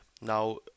now